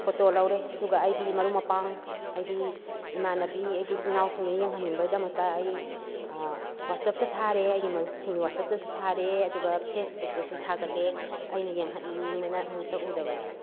photo ꯂꯧꯔꯦ ꯑꯗꯨꯒ ꯑꯩꯒꯤ ꯃꯔꯨꯞ ꯃꯄꯥꯡ ꯑꯩꯒꯤ ꯏꯃꯥꯟꯅꯕꯤ ꯑꯩꯒꯤ ꯏꯆꯤꯜ ꯏꯅꯥꯎꯁꯤꯡꯗ ꯌꯦꯡꯍꯟꯅꯤꯡꯕꯩꯗꯃꯛꯇ ꯑꯩ ꯋꯥꯠꯁꯑꯄꯇ ꯊꯥꯔꯦ ꯑꯩꯒꯤ ꯃꯔꯨꯞꯁꯤꯡꯒꯤ ꯋꯥꯠꯁꯑꯄꯇꯁꯨ ꯊꯥꯔꯦ ꯑꯗꯨꯒ ꯐꯦꯁꯕꯨꯛꯇꯁꯨ ꯊꯥꯒꯠꯂꯦ ꯑꯩꯅ ꯌꯦꯡꯍꯟꯅꯤꯡꯗꯅ ꯑꯃꯨꯛꯇ ꯎꯗꯕꯒꯤ